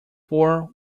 thor